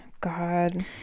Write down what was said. God